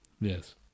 yes